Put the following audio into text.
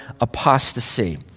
apostasy